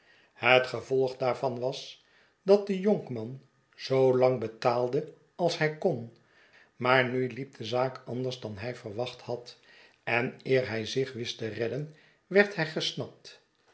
het gevolg daarvan was dat de jonkman zoolang betaalde als hij kon maarnu liep de zaak anders dan hij verwacht had en eer hij zich wist te redden werd hij gesnapt